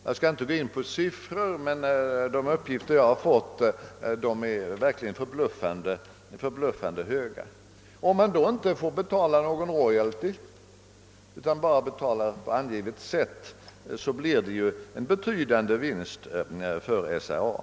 Jag skall inte gå in på siffror, men de är verkligt förbluffande höga enligt de uppgifter jag har fått. Om SBA inte behöver erlägga någon royalty, utan bara betalar på angivet sätt, blir det alltså en betydande vinst för SRA.